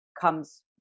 comes